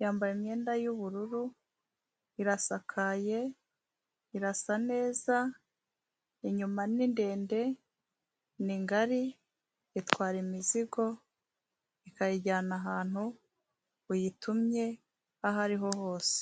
yambaye imyenda y'ubururu, irasakaye, irasa neza, inyuma ni ndende, ni gari, itwara imizigo ikayijyana ahantu uyitumye aho ariho hose.